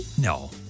No